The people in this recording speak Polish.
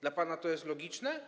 Dla pana to jest logiczne?